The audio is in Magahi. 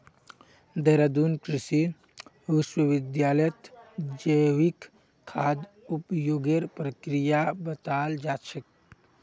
देहरादून कृषि विश्वविद्यालयत जैविक खाद उपयोगेर प्रक्रिया बताल जा छेक